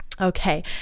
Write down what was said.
Okay